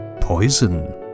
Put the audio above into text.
Poison